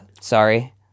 Sorry